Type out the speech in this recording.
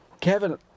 Kevin